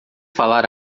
falar